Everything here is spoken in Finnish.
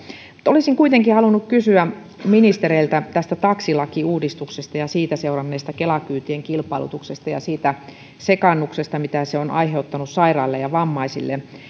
olisin kuitenkin halunnut kysyä ministereiltä tästä taksilakiuudistuksesta ja siitä seuranneesta kela kyytien kilpailutuksesta ja siitä sekaannuksesta mitä se on aiheuttanut sairaille ja vammaisille